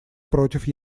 против